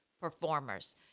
performers